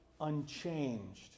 unchanged